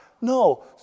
no